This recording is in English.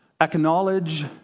acknowledge